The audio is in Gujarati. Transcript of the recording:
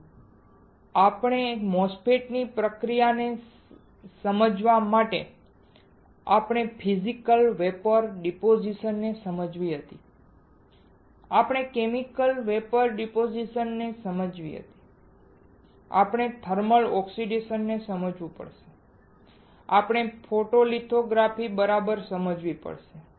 તેથી આપણે MOSFET ની પ્રક્રિયાને સમજવા માટે આપણે ફિઝિકલ વેપોર ડીપોઝીશનને સમજવી હતી આપણે કેમિકલ વેપોર ડીપોઝીશનને સમજવી હતી આપણે થર્મલ ઓક્સિડેશનને સમજવું પડશે આપણે ફોટોલિથોગ્રાફી બરાબર સમજવી પડશે